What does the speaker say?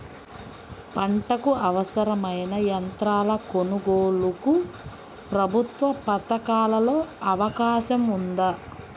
పంటకు అవసరమైన యంత్రాల కొనగోలుకు ప్రభుత్వ పథకాలలో అవకాశం ఉందా?